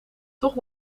toch